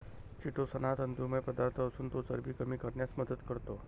chitosan हा तंतुमय पदार्थ असून तो चरबी कमी करण्यास मदत करतो